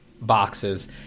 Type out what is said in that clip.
boxes